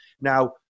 Now